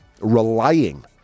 relying